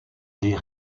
les